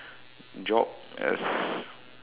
job as